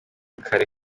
kare